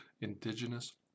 Indigenous